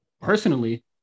personally